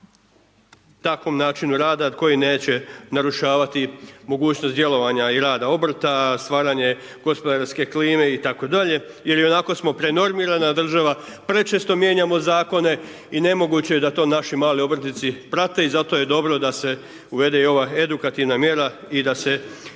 takvom načinu rada koji neće narušavati mogućnost djelovanja i rada obrta, stvaranje gospodarske klime, i tako dalje, jer ionako smo pred normirana država, prečesto mijenjamo Zakone i nemoguće je da to naši mali obrtnici prate, i zato je dobro da se uvede i ova edukativna mjera, i da se ima